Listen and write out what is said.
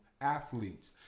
athletes